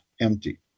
empty